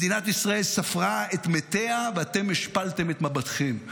מדינת ישראל ספרה את מתיה, ואתם השפלתם את מבטכם.